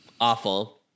Awful